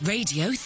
Radio